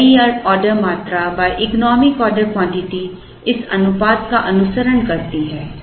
तो नई ऑर्डर मात्रा इकोनॉमिक ऑर्डर क्वांटिटी इस अनुपात का अनुसरण करती है